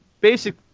Basic